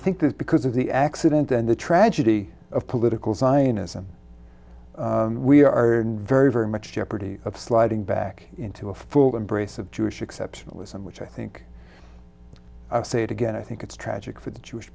think that because of the accident and the tragedy of political zionism we are very very much jeopardy of sliding back into a full embrace of jewish exceptionalism which i think say it again i think it's tragic for the jewish